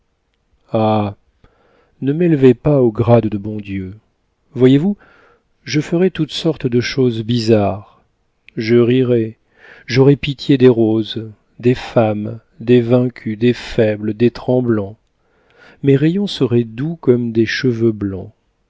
ne m'élevez pas au grade de bon dieu voyez-vous je ferais toutes sortes de choses bizarres je rirais j'aurais pitié des roses des femmes des vaincus des faibles des tremblants mes rayons seraient doux comme des cheveux blancs